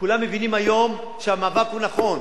כולם מבינים היום שהמאבק הוא נכון,